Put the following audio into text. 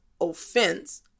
offense